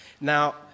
Now